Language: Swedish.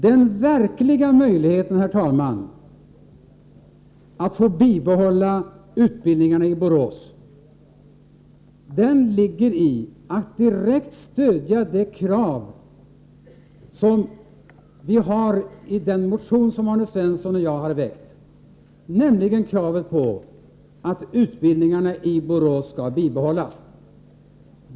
Den verkliga möjligheten, herr talman, att bibehålla utbildningarna i Borås ligger i att man direkt stöder det krav som framställs i den motion som Arne Svensson och jag väckt, nämligen kravet på att utbildningarna i Borås skall bibehållas.